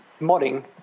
modding